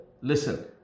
listen